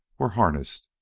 were harnessed,